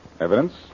Evidence